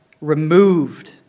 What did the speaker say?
removed